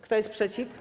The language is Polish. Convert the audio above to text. Kto jest przeciw?